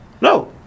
No